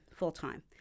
full-time